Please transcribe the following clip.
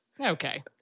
Okay